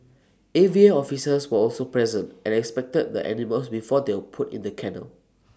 A V A officers were also present and inspected the animals before they were put in the kennel